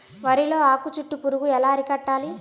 వరిలో ఆకు చుట్టూ పురుగు ఎలా అరికట్టాలి?